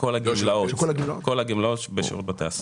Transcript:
כל הגמלאות בשירות בתי הסוהר.